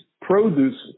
produce